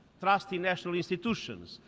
trust in national institutions.